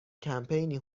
کمپینی